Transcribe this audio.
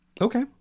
Okay